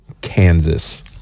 Kansas